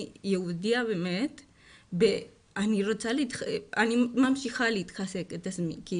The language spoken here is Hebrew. אני באמת יהודייה ואני ממשיכה לחזק את עצמי, כי